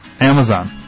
Amazon